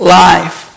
life